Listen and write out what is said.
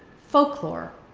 folklore.